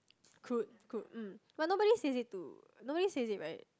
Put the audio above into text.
crude crude mm but nobody says it too nobody says it right